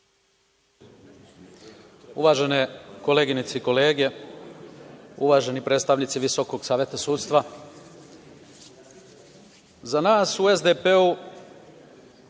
Uvažene koleginice i kolege, uvaženi predstavnici Visokog saveta sudstva, za nas u SDP